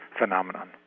phenomenon